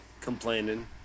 complaining